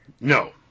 No